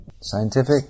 Scientific